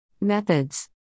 Methods